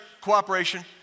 cooperation